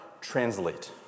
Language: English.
translate